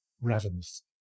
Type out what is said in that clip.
ravenous